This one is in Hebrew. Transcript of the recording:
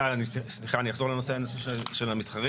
אני אחזור לנושא של המסחרי.